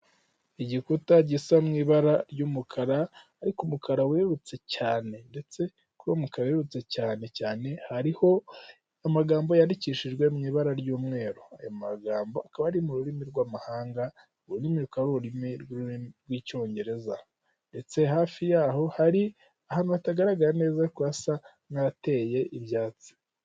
Igikuta gisa mu ibara ry'umukara ariko umukara werurutse cyane ndetse kuri uwo mukara werurutse cyane cyane hariho amagambo yandikishijwe mu ibara ry'umweru, ayo magambo akaba ari mu rurimi rw'amahanga urwo rurimi rukaba ari ururimi rw'icyongereza ndetse hafi yaho hari ahantu hatagaragara neza ariko hasa nkahateye ibyatsi.